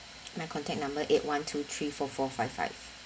my contact number eight one two three four four five five